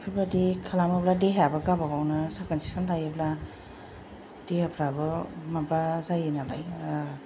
बेफोरबायदि खालामोब्ला देहायाबो गावबागावनो साफोन सिखोन थायोब्ला देहाफोराबो माबा जायो नालाय